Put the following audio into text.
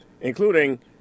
including